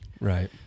Right